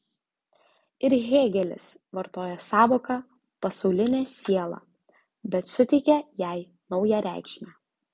ir hėgelis vartoja sąvoką pasaulinė siela bet suteikia jai naują reikšmę